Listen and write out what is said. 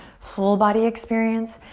full body experience.